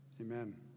Amen